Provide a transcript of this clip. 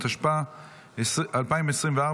התשפ"ה 2024,